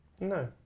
No